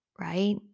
right